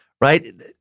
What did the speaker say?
right